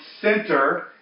center